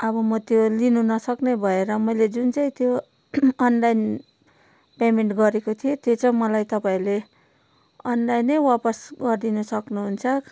अब मो त्यो लिनु नसक्ने भएर मैले जुन चाहिँ त्यो अनलाइन पेमेन्ट गरेको थिएँ त्यो चाहिँ मलाई तपाईँहरूले अनलाइनै वापस गरिदिनु सक्नुहुन्छ